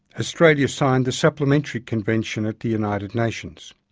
australia signed the supplementary convention at the united nations.